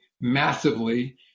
massively